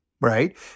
right